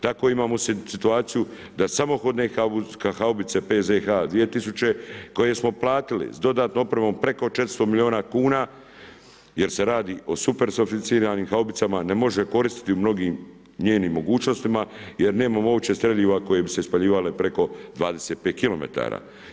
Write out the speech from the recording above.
Tako imamo situaciju da samohodne haubice PZH 2000 koje smo platili s dodatnom opremom preko 400 milijuna kuna jer se radi o super sofisticiranim haubicama, ne može koristiti u mnogim njenim mogućnostima jer nemamo uopće streljiva koje bi se ispaljivale preko 25 km.